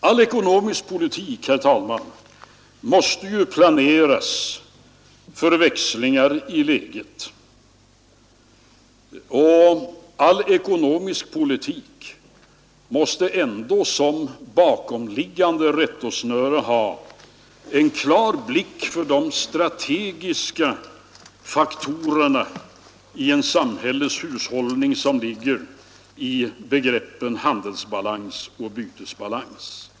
All ekonomisk politik, herr talman, måste ju planeras för växlingar i läget, och all ekonomisk politik måste ändå som bakomliggande rättesnöre ha en klar blick för de strategiska faktorerna i en samhällets hushållning som ligger i begreppen handelsbalans och bytesbalans.